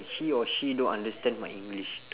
he or she don't understand my english